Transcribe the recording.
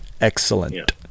excellent